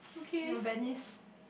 ya Venice